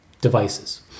devices